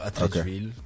Okay